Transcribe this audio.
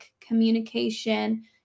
communication